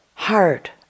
heart